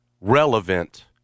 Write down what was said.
relevant